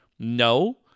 No